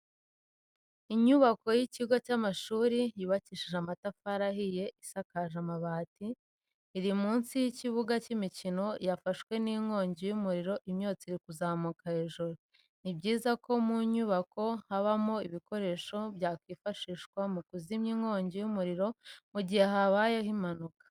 Inyubako y'ikigo cy'amashuri yubakishije amatafari ahiye isakaje amabati iri munsi y'ikibuga cy'imikino yafashwe n'inkongi y'umuriro imyotsi iri kuzamuka hejuru. Ni byiza ko mu nyubako habamo ibikoresho byakwifashisha mu kuzimya inkongi y'umuriro mu gihe habayeho impanuka.